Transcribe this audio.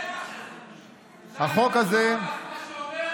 זה חוק אנטי-אנושי, זה מה שזה.